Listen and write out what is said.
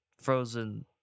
frozen